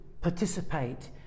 participate